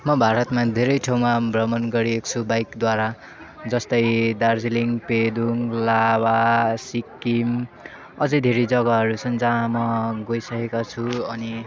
म भारतमा धेरै ठाउँमा भ्रमण गरेको छु बाइकद्वारा जस्तै दार्जिलिङ पेदोङ लाभा सिक्किम अझै धेरै जग्गाहरू छन् जहाँ म गइसकेका छु अनि